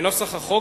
בנוסח החוק,